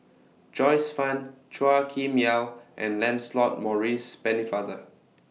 Joyce fan Chua Kim Yeow and Lancelot Maurice Pennefather